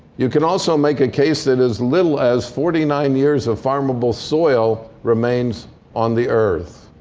you can also make a case that as little as forty nine years of farmable soil remains on the earth.